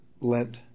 lent